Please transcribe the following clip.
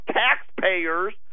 taxpayers